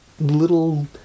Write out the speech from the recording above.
little